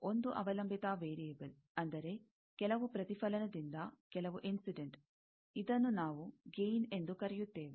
ಆದ್ದರಿಂದ ಒಂದು ಅವಲಂಬಿತ ವೇರಿಯೆಬಲ್ ಅಂದರೆ ಕೆಲವು ಪ್ರತಿಫಲನದಿಂದ ಕೆಲವು ಇನ್ಸಿಡೆಂಟ್ ಇದನ್ನು ನಾವು ಗೈನ್ ಎಂದು ಕರೆಯುತ್ತೇವೆ